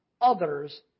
others